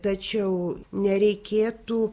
tačiau nereikėtų